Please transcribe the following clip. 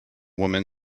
woman